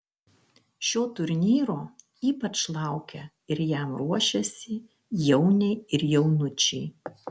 šio turnyro ypač laukia ir jam ruošiasi jauniai ir jaunučiai